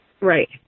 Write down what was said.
Right